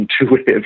intuitive